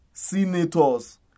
Senators